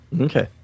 Okay